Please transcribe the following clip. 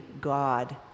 God